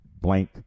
blank